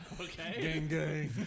okay